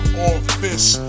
office